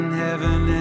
heaven